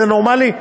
זה נורמלי?